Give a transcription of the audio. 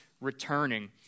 returning